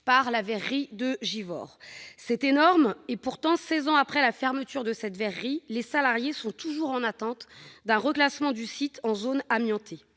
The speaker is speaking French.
par la verrerie de Givors, soit 82 ! C'est énorme. Pourtant, seize ans après la fermeture de cette verrerie, les salariés sont toujours en attente d'un reclassement du site en zone amiantée